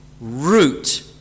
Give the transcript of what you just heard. root